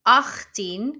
achttien